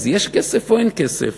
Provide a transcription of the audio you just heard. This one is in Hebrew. אז יש כסף או אין כסף?